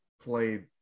played